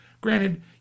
Granted